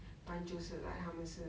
不然就是 like 他们是